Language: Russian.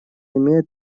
имеет